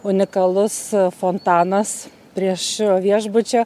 unikalus fontanas prieš viešbučio